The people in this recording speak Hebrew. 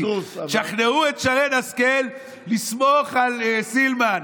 פינדרוס, תשכנעו את שרן השכל לסמוך על סילמן.